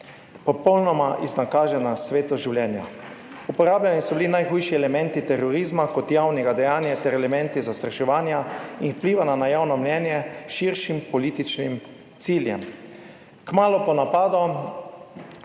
Popolnoma iznakažena svetost življenja. Uporabljeni so bili najhujši elementi terorizma kot javnega dejanja ter elementi zastraševanja in vplivanja na javno mnenje s širšim političnim ciljem. Kmalu po napadu